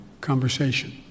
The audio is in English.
conversation